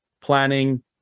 planning